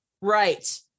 Right